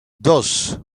dos